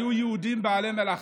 היו יהודים בעלי מלאכה.